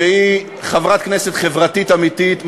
שהיא חברת כנסת חברתית אמיתית,